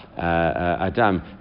Adam